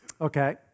Okay